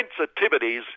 sensitivities